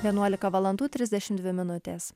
vienuolika valandų trisdešimt dvi minutės